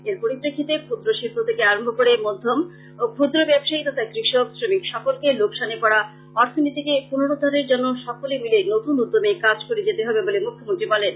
এর পরিপ্রেক্ষিতে ক্ষুদ্র শিল্প থেকে আরম্ভ করে মধ্যম ও ক্ষুদ্র ব্যবসায়ী তথা কৃষক শ্রমিক সকলকে লোকসান হোয়া অর্থনীতিকে পুনরুদ্ধারের জন্য সকলে মিলে নতুন উদ্যমে কাজ করে যেতে হবে বলে মুখ্যমন্ত্রী বলেন